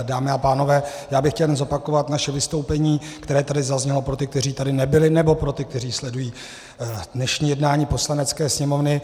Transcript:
Dámy a pánové, já bych chtěl jenom zopakovat naše vystoupení, které tady zaznělo, pro ty, kteří tady nebyli, nebo pro ty, kteří sledují dnešní jednání Poslanecké sněmovny.